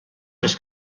les